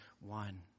one